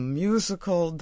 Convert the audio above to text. musical